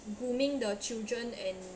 grooming the children and